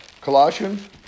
Colossians